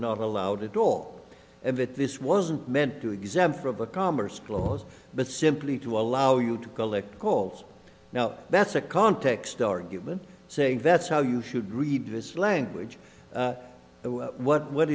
not allowed at all and that this wasn't meant to exam for of a commerce clause but simply to allow you to collect calls now that's a context or given saying that's how you should read his language but what what